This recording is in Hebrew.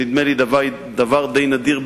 נדמה לי שזה דבר די נדיר,